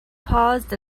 paused